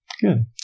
Good